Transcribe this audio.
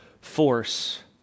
force